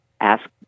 ask